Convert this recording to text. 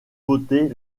voter